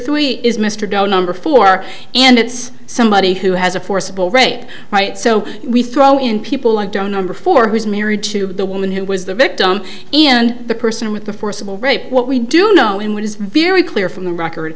three is mr dunn number four and it's somebody who has a forcible rape right so we throw in people i don't know before who is married to the woman who was the victim and the person with the forcible rape what we do know in what is very clear from the record